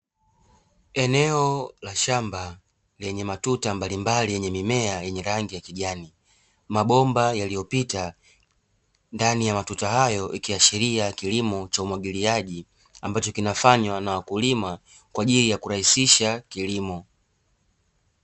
Eneo la shamba lenye matuta mbalimbali yenye mimea yenye rangi ya kijani, mabomba yaliyopita ndani ya matuta hayo ikiashiria kilimo cha umwagiliaji, ambacho kinafanywa na wakulima, kwa ajili ya kurahisisha kilimo.